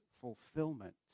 fulfillment